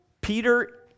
Peter